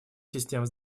систем